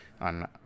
on